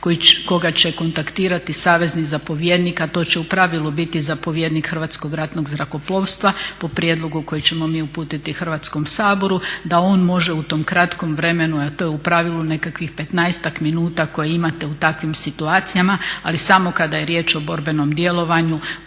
koga će kontaktirati savezni zapovjednik a to će u pravilu biti zapovjednik Hrvatskog ratnog zrakoplovstva po prijedlogu koji ćemo mi uputiti Hrvatskom saboru da on može u tom kratkom vremenu a to je u pravilu nekakvih 15-ak minuta koje imate u takvim situacijama ali samo kada je riječ o borbenom djelovanju